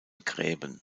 gräben